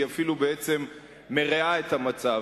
היא אפילו מרעה את המצב.